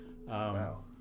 Wow